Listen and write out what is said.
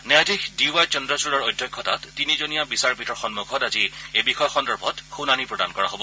ন্যায়াধীশ D Y চন্দ্ৰচূড়ৰ অধ্যক্ষতাত তিনিজনীয়া বিচাৰপীঠৰ সন্মুখত আজি এই বিষয় সন্দৰ্ভত শুনানী প্ৰদান কৰা হ'ব